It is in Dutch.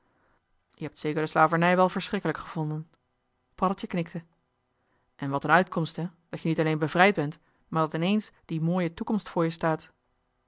jij hebt zeker de slavernij wel verschrikkelijk gevonden paddeltje knikte en wat een uitkomst hè dat je niet alleen bevrijd bent maar dat in eens die mooie toekomst voor je staat